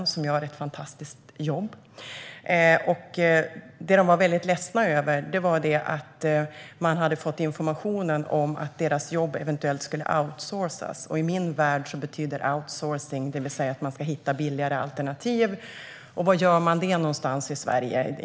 De anställda gör ett fantastiskt jobb. De var väldigt ledsna över att de fått information om att deras jobb eventuellt skulle outsourcas. I min värld betyder outsourcing att man ska hitta billigare alternativ, och var i Sverige gör man det?